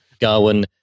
Garwin